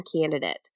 candidate